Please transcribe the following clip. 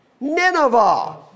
Nineveh